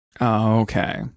okay